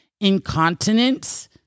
incontinence